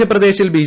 മധ്യപ്രദേശിൽ ബി